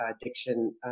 addiction